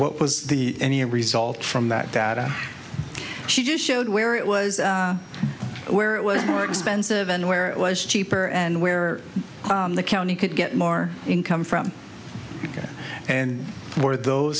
what was the ne result from that data she just showed where it was where it was more expensive and where it was cheaper and where the county could get more income from it and for those